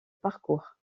parcours